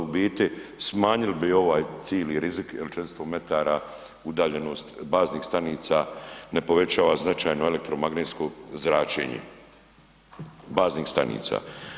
U biti smanjili bi ovaj cijeli rizik jer 400 metara udaljenost baznih stanica ne povećava značajno elektromagnetsko zračenje baznih stanica.